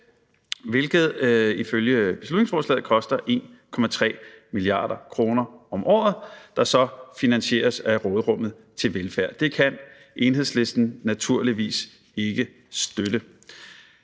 hvilket ifølge beslutningsforslaget koster 1,3 mia. kr. om året, der så finansieres af råderummet til velfærd. Det kan Enhedslisten naturligvis ikke støtte.